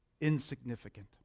insignificant